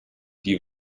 die